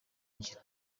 ngiro